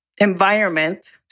environment